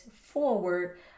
forward